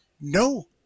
no